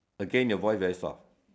again your voice very soft